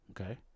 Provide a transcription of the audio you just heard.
Okay